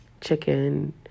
chicken